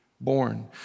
born